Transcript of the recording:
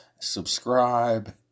Subscribe